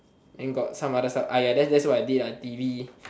then got some other sub ah ya that's that's what I did lah t_v